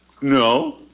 No